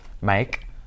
Mike